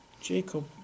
Jacob